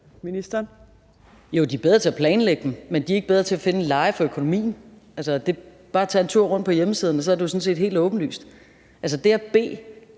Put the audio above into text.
Jo, de er bedre til at planlægge dem, men de er ikke bedre til at finde et leje for økonomien. Man kan bare tage en tur rundt på hjemmesiden og se, at det jo sådan set er helt åbenlyst. Altså, det at bede